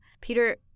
Peter